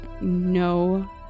no